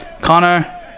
connor